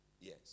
Yes